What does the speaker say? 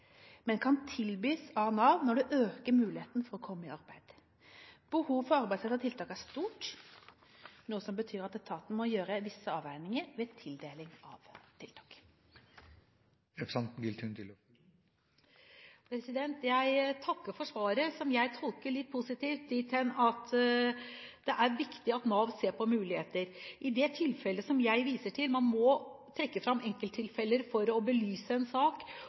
men kan tilbys av Nav når det øker muligheten for å komme i arbeid. Behovet for arbeidsrettede tiltak er stort, noe som betyr at etaten må gjøre visse avveininger ved tildeling av tiltak. Jeg takker for svaret, som jeg tolker litt positivt, dit hen at det er viktig at Nav ser på muligheter. I det tilfellet som jeg viser til – man må trekke fram enkelttilfeller for å belyse en sak